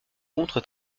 contre